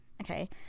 Okay